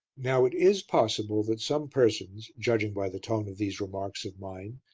now it is possible that some persons, judging by the tone of these remarks of mine,